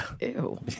Ew